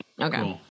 Okay